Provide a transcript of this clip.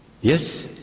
yes